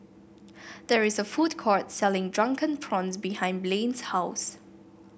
there is a food court selling Drunken Prawns behind Blane's house